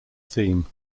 theme